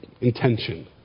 intention